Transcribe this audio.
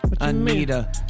Anita